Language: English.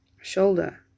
shoulder